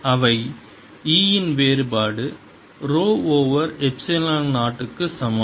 அவை E இன் வேறுபாடு ரோ ஓவர் எப்சிலான் 0 ஆகும்